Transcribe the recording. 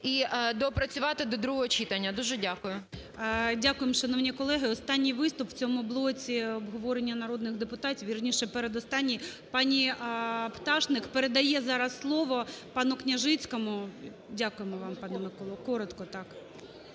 і доопрацювати до другого читання. Дуже дякую. ГОЛОВУЮЧИЙ. Дякуємо, шановні колеги. Останній виступ в цьому блоці обговорення народних депутатів, вірніше передостанній. Пані Пташник передає зараз слово пану Княжицькому. Дякуємо вам. Пане Миколо. Коротко,